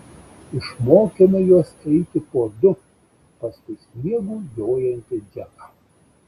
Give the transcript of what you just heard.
išmokėme juos eiti po du paskui sniegu jojantį džeką